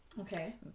Okay